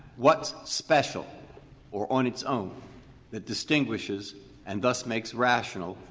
what's special or on its own that distinguishes and thus makes rational,